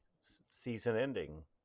season-ending